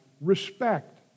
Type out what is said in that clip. respect